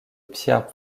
pierre